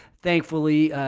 thankfully,